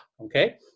okay